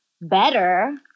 better